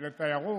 ולתיירות,